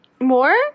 More